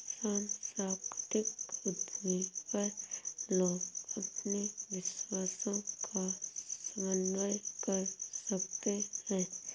सांस्कृतिक उद्यमी पर लोग अपने विश्वासों का समन्वय कर सकते है